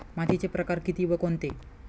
मातीचे प्रकार किती व कोणते?